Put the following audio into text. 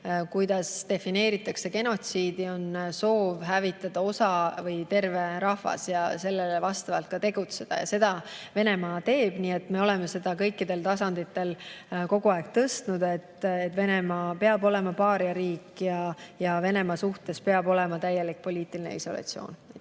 kuidas defineeritakse genotsiidi, [siis see] on soov hävitada osa [rahvast] või terve rahvas, ja sellele vastavalt ka tegutseda. Seda Venemaa teeb. Nii et me oleme seda kõikidel tasanditel kogu aeg tõstatanud, et Venemaa peab olema paariariik ja Venemaa suhtes peab olema täielik poliitiline isolatsioon.